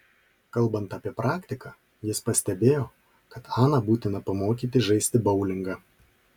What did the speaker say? kalbant apie praktiką jis pastebėjo kad aną būtina pamokyti žaisti boulingą